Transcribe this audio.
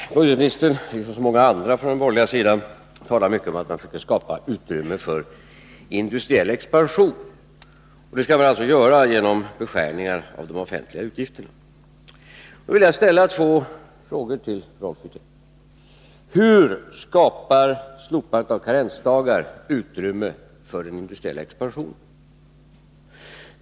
Fru talman! Ekonomioch budgetministern, liksom så många andra på den borgerliga sidan, talar mycket om att man försöker skapa utrymme för industriell expansion. Och det skall man alltså göra genom beskärningar av de offentliga utgifterna. Då vill jag ställa två frågor till Rolf Wirtén: Hur skapar slopandet av karensdagar utrymme för den industriella expansionen?